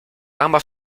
gama